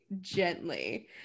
gently